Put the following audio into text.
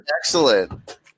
Excellent